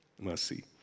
mercy